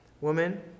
woman